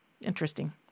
Interesting